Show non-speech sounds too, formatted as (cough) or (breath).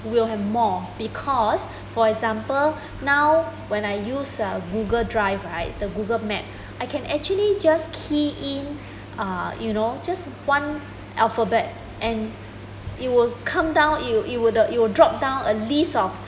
will have more because (breath) for example (breath) now when I use uh google drive right the google map (breath) I can just actually key in (breath) uh you know just one alphabet and it will come down it would it would the it will drop down a list of